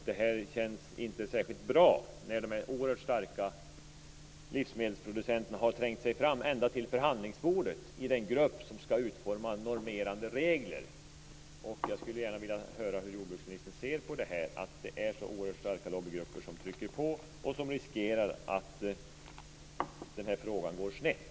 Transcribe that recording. Det känns inte särskilt bra att dessa oerhört starka livsmedelsproducenter har trängt sig ända fram till förhandlingsbordet i den grupp som skall utforma normerande regler. Jag skulle gärna vilja höra hur jordbruksministern ser på att så oerhört starka lobbygrupper trycker på. Det riskerar att gå snett.